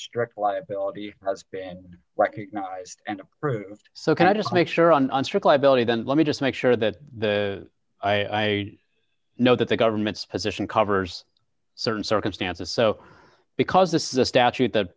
strict liability has been recognized and proved so can i just make sure on strict liability then let me just make sure that the i know that the government's position covers certain circumstances so because this is a statute that